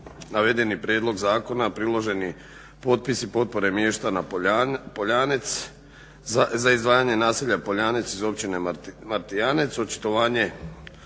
navedeni prijedlog zakona priloženi potpisi potpore mještana POljanec za izdvajanje naselja POljanec iz Općine Martijanec, očitovanje